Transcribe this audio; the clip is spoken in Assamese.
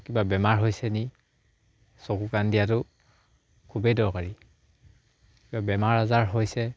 কিবা বেমাৰ হৈছে নি চকু কান দিয়াটো খুবেই দৰকাৰী কিবা বেমাৰ আজাৰ হৈছে